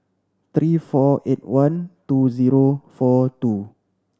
three four eight one two zero four two